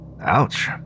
Ouch